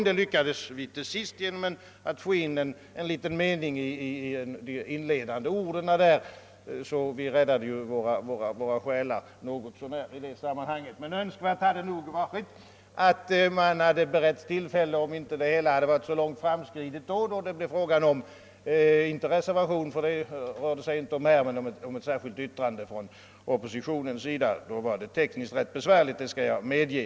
Det lyckades vi till sist med genom att få in en liten mening i inledningen, och vi räddade i det sammanhanget något så när våra själar. Det hela var så långt framskridet, då det blev fråga om ett särskilt yttrande från oppositionens sida, att det var tekniskt rätt besvärligt — det skall jag medge.